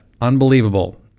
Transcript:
Unbelievable